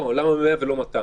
לא, למה 100 ולא 200?